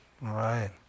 right